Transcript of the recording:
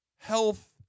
Health